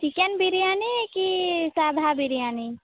chicken biryani କି ସାଧା ବିରିୟାନୀ